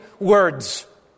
words